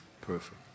Perfect